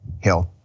health